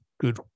good